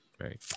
right